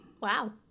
Wow